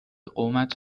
قومت